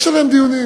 יש עליהן דיונים.